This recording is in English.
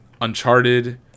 Uncharted